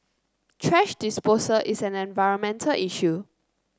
thrash disposal is an environmental issue